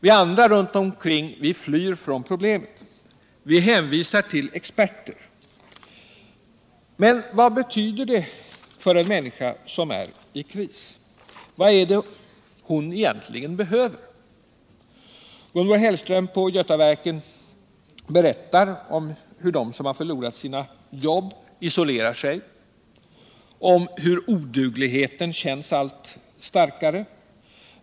Vi andra runt omkring flyr från problemen. Vi hänvisar till experter. Men vad betyder det för en människa som är i kris? Vad är det hon egentligen behöver? Gunvor Hällström på Götaverken berättar om hur de som har förlorat sina jobb isolerar sig, om hur odugligheten känns allt starkare.